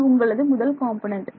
இது உங்களது முதல் காம்பொனன்ட்